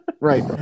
Right